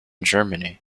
germany